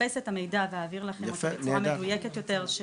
מחפשת את המידע על מנת להעביר לכם אותו בצורה נכונה ומדויקת יותר.